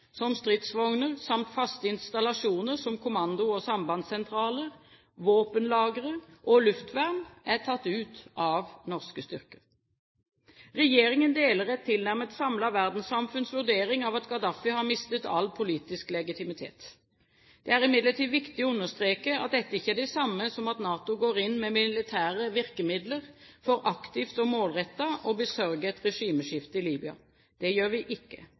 som stridsvogner, samt faste installasjoner som kommando- og sambandssentraler, våpenlagre og luftvern er tatt ut av norske styrker. Regjeringen deler et tilnærmet samlet verdenssamfunns vurdering av at Gaddafi har mistet all politisk legitimitet. Det er imidlertid viktig å understreke at dette ikke er det samme som at NATO går inn med militære vikemidler for aktivt og målrettet å besørge et regimeskifte i Libya. Det gjør vi ikke.